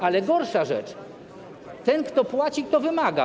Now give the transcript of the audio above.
Ale gorsza rzecz: ten, kto płaci, wymaga.